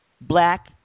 black